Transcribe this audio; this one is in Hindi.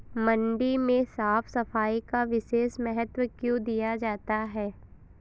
मंडी में साफ सफाई का विशेष महत्व क्यो दिया जाता है?